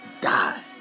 die